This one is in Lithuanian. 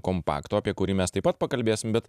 kompakto apie kurį mes taip pat pakalbėsim bet